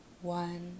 one